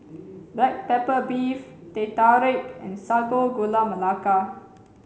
black pepper beef Teh Tarik and Sago Gula Melaka